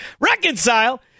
Reconcile